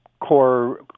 core